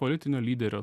politinio lyderio